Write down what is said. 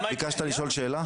ביקשת לשאול שאלה?